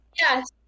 yes